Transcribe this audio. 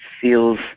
feels